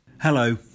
Hello